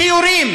שיורים,